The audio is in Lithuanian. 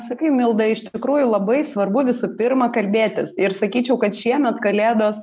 sakai milda iš tikrųjų labai svarbu visų pirma kalbėtis ir sakyčiau kad šiemet kalėdos